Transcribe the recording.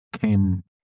came